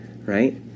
right